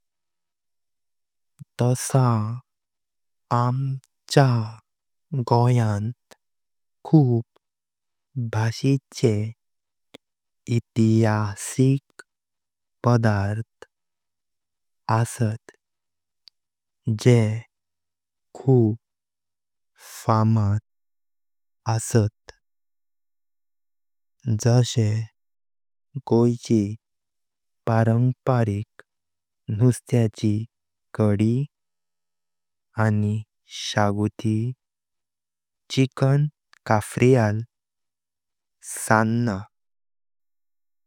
तस आमचा गोयचें खूप भाषेचें ऐतिहासिक पदार्थ आस्तात जे खूप फामाद आस्तात। जशे गोयची पारंपरिक नुस्तयाची चडई आनि साचुति, चिकन काफ्रीयल, सन्ना।